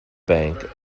bank